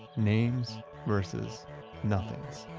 names versus nothings.